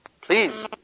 please